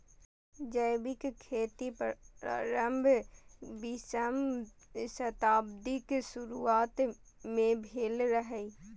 जैविक खेतीक प्रारंभ बीसम शताब्दीक शुरुआत मे भेल रहै